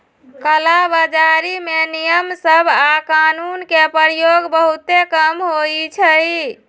कला बजारी में नियम सभ आऽ कानून के प्रयोग बहुते कम होइ छइ